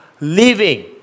living